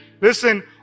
listen